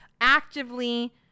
actively